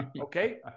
Okay